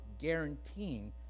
guaranteeing